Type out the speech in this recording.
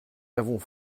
l’avons